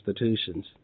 institutions